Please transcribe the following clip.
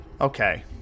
Okay